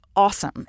awesome